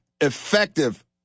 effective